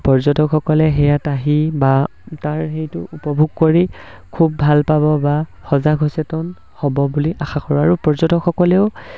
পৰ্যটকসকলে আহি বা তাৰ সেইটো উপভোগ কৰি খুব ভাল পাব বা সজাগ সচেতন হ'ব বুলি আশা কৰোঁ আৰু পৰ্যটকসকলেও